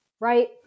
right